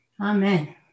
Amen